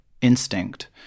instinct